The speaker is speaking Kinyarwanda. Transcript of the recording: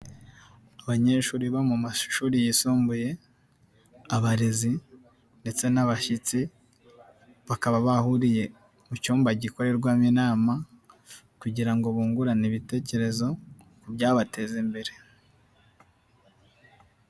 Abanyeshuri bo mu mashuri yisumbuye, abarezi ndetse n'abashyitsi, bakaba bahuriye mu cyumba gikorerwamo inama kugira ngo bungurane ibitekerezo ku byabateza imbere.